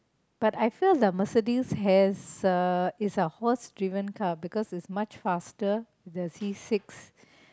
but I felt the Mercedes has a is a horse driven car because its much faster the C six